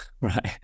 right